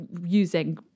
using